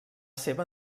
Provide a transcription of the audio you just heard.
seva